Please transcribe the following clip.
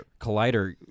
Collider